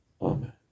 Amen